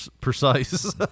precise